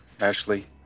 Ashley